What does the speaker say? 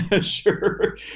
Sure